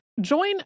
Join